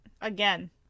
again